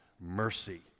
mercy